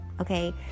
okay